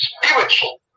spiritual